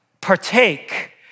partake